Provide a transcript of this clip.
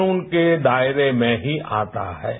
कानून के दायरे में ही आता है